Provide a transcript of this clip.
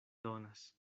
donas